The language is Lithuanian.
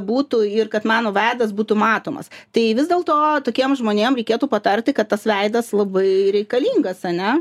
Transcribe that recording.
būtų ir kad mano veidas būtų matomas tai vis dėl to tokiem žmonėm reikėtų patarti kad tas veidas labai reikalingas ane